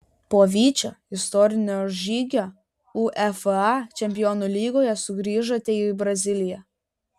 po vyčio istorinio žygio uefa čempionų lygoje sugrįžote į braziliją